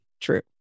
True